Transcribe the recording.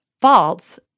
faults